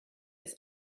ist